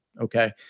Okay